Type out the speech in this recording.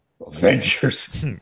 Avengers